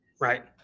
Right